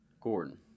Gordon